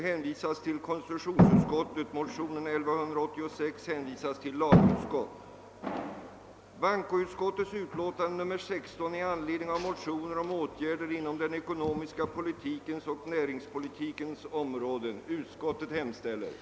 b) tillsätta en utredning med uppgift att framlägga förslag om en breddning och aktivisering av aktiemarknaden,